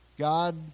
God